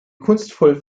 kunstvoll